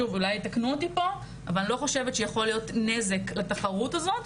אני לא חושבת שיכול להיות נזק בתחרות הזאת.